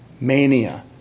mania